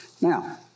Now